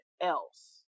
else